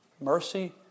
mercy